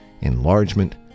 enlargement